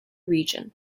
region